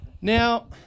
Now